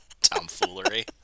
Tomfoolery